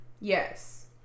Yes